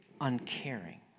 uncaring